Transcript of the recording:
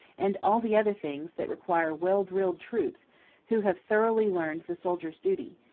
and all the other things that require well-drilled troops who have thoroughly learned the soldier's duty,